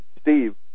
Steve